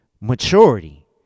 maturity